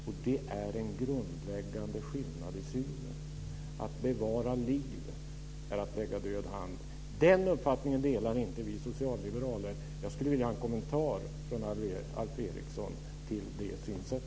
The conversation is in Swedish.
Och det är en grundläggande skillnad i synen på detta - att bevara liv är att lägga en död hand över området. Den uppfattningen delar inte vi socialliberaler. Jag skulle vilja ha en kommentar från Alf Eriksson när det gäller detta synsätt.